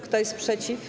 Kto jest przeciw?